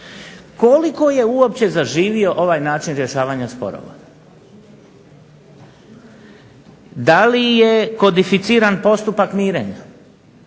koliko je uopće zaživio ovaj način rješavanja sporova? Da li je kodificiran postupak mirenja